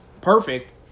perfect